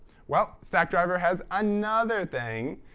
well stackdriver has another thing.